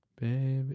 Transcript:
Baby